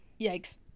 yikes